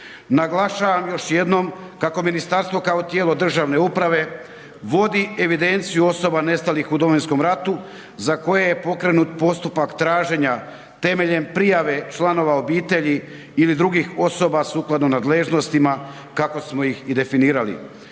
naglašavam još jednom kako ministarstvo kao tijelo državne uprave vodi evidenciju osoba nestalih u Domovinskom ratu za koje je pokrenut postupak traženja temeljem prijave članova obitelji ili drugih osoba sukladno nadležnostima kako smo ih i definirali.